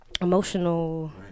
emotional